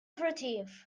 thirteenth